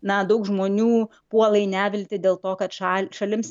na daug žmonių puola į neviltį dėl to kad šal šalims